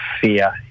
fear